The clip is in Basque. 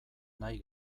nahi